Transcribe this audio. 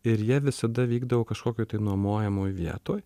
ir jie visada vykdavo kažkokioj tai nuomojamoj vietoj